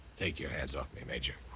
take your hands off me, major.